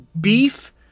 beef